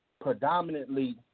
predominantly